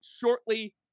shortly